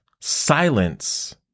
silence